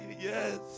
Yes